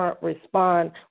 respond